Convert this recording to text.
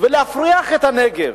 ולהפריח את הנגב,